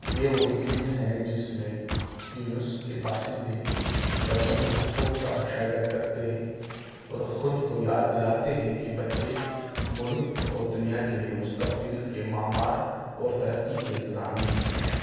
یہ وہ دن ہیں جس میں تیونس کے باشندے بچوں کے حقوق کا مشاہدہ کرتے ہیں اور خود کو یاد دلاتے ہیں کہ بچے ملک اور دنیا کے لیے مستقبل کے معمار اور ترقی کے ضامن ہیں